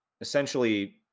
essentially